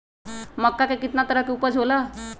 मक्का के कितना तरह के उपज हो ला?